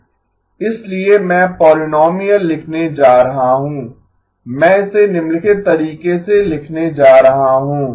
इसलिए मैं पोलीनोमीअल लिखने जा रहा हूं मैं इसे निम्नलिखित तरीके से लिखने जा रहा हूं